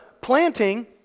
planting